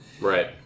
Right